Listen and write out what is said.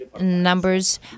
numbers